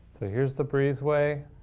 so here's the breezeway.